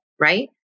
right